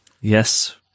Yes